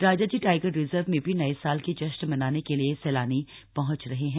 Rajaji tiger reserve में भी नए साल के जश्न मनाने के लिए सैलानी पहुंच रहे हैं